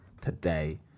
today